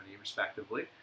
respectively